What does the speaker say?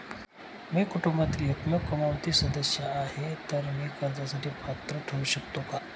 मी कुटुंबातील एकमेव कमावती सदस्य आहे, तर मी कर्जासाठी पात्र ठरु शकतो का?